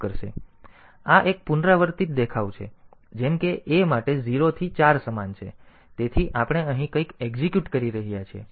તેથી આ એક પુનરાવર્તિત દેખાવ છે જેમ કે A માટે 0 થી 4 સમાન છે તેથી આપણે અહીં કંઈક એક્ઝિક્યુટ કરી રહ્યા છીએ